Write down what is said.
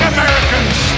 Americans